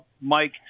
Mike